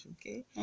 okay